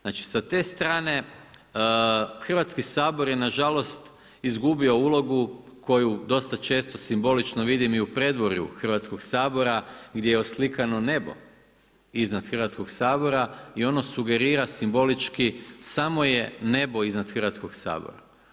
Znači, sa te strane Hrvatski sabor je nažalost izgubio ulogu koji dosta često simbolično vidim i u predvorju Hrvatskog sabora gdje je oslikano nebo iznad Hrvatskog sabora i ono sugerira simbolički samo je nebo iznad Hrvatskog sabora.